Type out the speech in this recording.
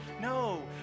No